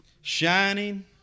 shining